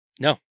No